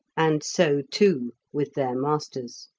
and so, too, with their masters.